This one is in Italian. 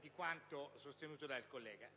di quanto sostenuto dal collega,